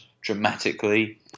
dramatically